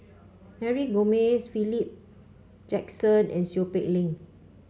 Mary Gomes Philip Jackson and Seow Peck Leng